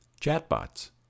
Chatbots